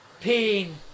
pain